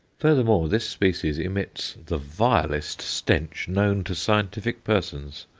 furthermore, this species emits the vilest stench known to scientific persons,